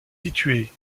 situé